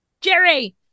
Jerry